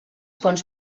fonts